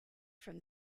from